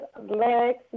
Legs